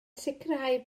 sicrhau